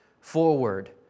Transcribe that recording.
forward